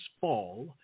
Fall